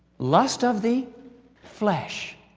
lust of the flesh